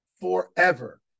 forever